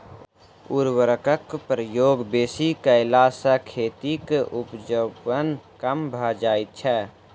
उर्वरकक प्रयोग बेसी कयला सॅ खेतक उपजाउपन कम भ जाइत छै